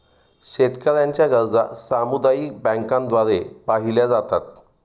शेतकऱ्यांच्या गरजा सामुदायिक बँकांद्वारे पाहिल्या जातात